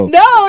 no